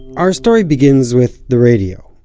our story begins with the radio.